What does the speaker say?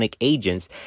agents